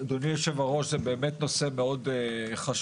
אדוני יושב הראש, זה באמת נושא מאוד חשוב.